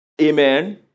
Amen